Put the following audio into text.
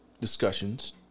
discussions